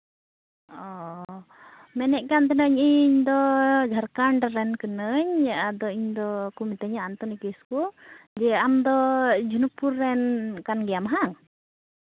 ᱚᱻ ᱢᱮᱱᱮᱫ ᱠᱟᱱ ᱛᱟᱦᱮᱱᱤᱧ ᱤᱧᱫᱚ ᱡᱷᱟᱲᱠᱷᱚᱸᱰ ᱨᱮᱱ ᱠᱟᱹᱱᱟᱹᱧ ᱟᱫᱚ ᱤᱧᱫᱚᱠᱚ ᱢᱤᱛᱟᱹᱧᱟ ᱟᱱᱛᱚᱱᱤ ᱠᱤᱥᱠᱩ ᱟᱢᱫᱚ ᱡᱷᱤᱱᱩᱠᱯᱩᱨ ᱨᱮᱱ ᱠᱟᱱ ᱜᱮᱭᱟᱢ ᱦᱮᱸᱵᱟᱝ